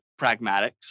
pragmatics